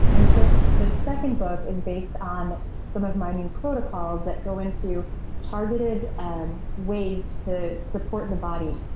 and so this second book is based on some of my new protocols that go into targeted um ways to support the body,